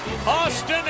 Austin